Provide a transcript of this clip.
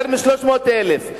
יותר מ-300,000.